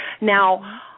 Now